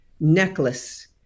necklace